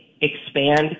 expand